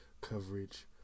coverage